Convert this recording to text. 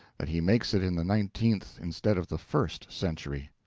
that he makes it in the nineteenth instead of the first century.